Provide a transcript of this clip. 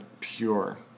pure